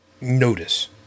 notice